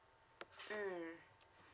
mm